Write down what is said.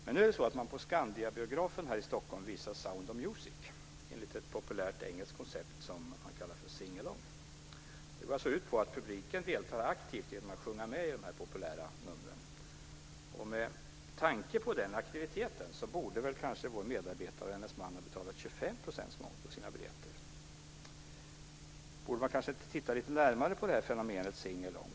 Men nu är det så att man på Skandiabiografen här i Stockholm visar Sound of Music enligt ett populärt engelskt koncept som man kallar för sing along. Det går ut på att publiken deltar aktivt genom att sjunga med i de populära numren. Med tanke på den aktiviteten borde kanske vår medarbetare och hennes man ha betalat 25 % moms på sina biljetter. Borde man kanske titta lite närmare på fenomenet sing along?